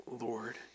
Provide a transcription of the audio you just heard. Lord